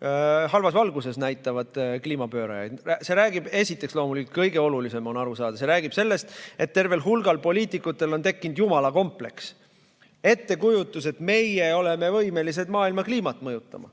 näitavad kliimapöörajaid halvas valguses. Esiteks, loomulikult kõige olulisem on aru saada, et see räägib sellest, et tervel hulgal poliitikutel on tekkinud jumala kompleks, ettekujutus, et meie oleme võimelised maailma kliimat mõjutama.